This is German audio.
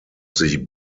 sich